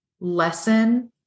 lesson